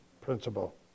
principle